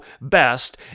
best